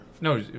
No